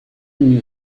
new